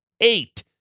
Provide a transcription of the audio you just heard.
Eight